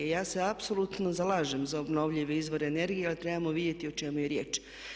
I ja se apsolutno zalažem za obnovljive izvore energije ali trebamo vidjeti o čemu je riječ.